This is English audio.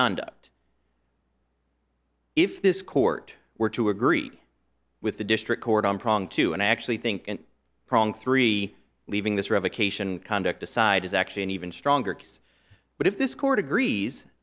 conduct if this court were to agree with the district court on prong two and i actually think and prong three leaving this revocation conduct aside is actually an even stronger case but if this court agrees